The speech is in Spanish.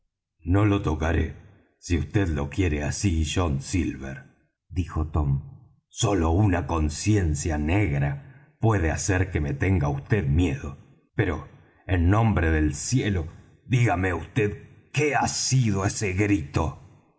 no lo tocaré si vd lo quiere así john silver dijo tom sólo una conciencia negra puede hacer que me tenga vd miedo pero en nombre del cielo dígame vd qué ha sido ese grito